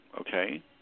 okay